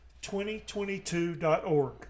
2022.org